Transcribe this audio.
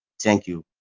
thank you.